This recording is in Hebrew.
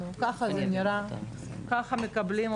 ואני לא מדבר עליכם כי אני לא מכיר אלא ברמה הכללית